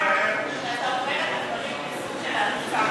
שאתה אומר את הדברים בסוג של עקיצה.